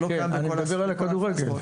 זה לא קיים בכל ענפי הספורט.